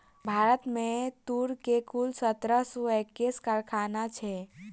भारत में तूर के कुल सत्रह सौ एक्कैस कारखाना छै